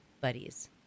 buddies